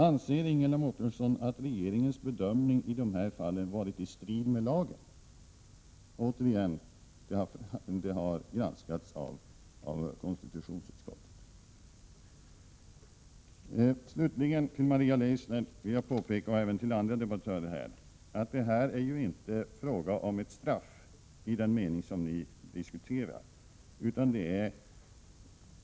Anser Ingela Mårtensson att regeringens bedömning i de här fallen står i strid med lagen? Återigen: Detta har granskats av konstitutionsutskottet. Slutligen vill jag påpeka för Maria Leissner och även för andra debattörer att detta inte är fråga om ett straff i den mening som ni diskuterar.